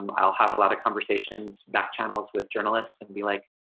um i'll have a lot of conversations back channels with journalists and be like,